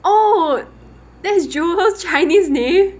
oh that is jewel's chinese name